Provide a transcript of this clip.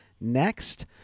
next